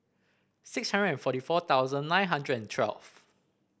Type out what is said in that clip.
six hundred and forty four thousand nine hundred and twelve